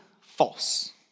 false